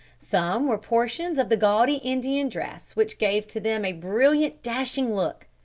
some wore portions of the gaudy indian dress which gave to them a brilliant, dashing look.